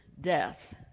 death